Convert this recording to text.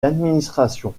l’administration